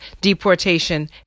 deportation